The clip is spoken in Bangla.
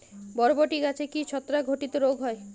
বরবটি গাছে কি ছত্রাক ঘটিত রোগ হয়?